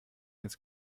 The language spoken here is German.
ins